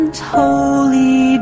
Holy